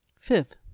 Fifth